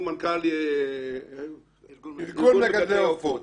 הוא מנכ"ל ארגון מגדלי העופות.